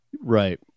Right